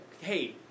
hey